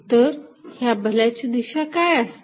तर ह्या बलाची दिशा काय असते